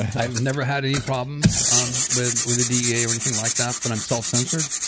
i've never had any problems um with with the dea or anything like that, but i'm self-censored.